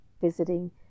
visiting